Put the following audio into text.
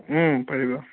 পাৰিবা